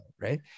Right